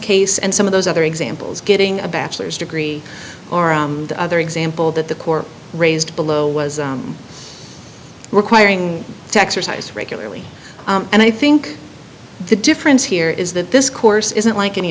case and some of those other examples getting a bachelor's degree or the other example that the court raised below was requiring to exercise regularly and i think the difference here is that this course isn't like any